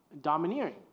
domineering